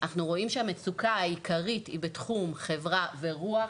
אנחנו רואים שהמצוקה העיקרית היא בתחום חברה ורוח,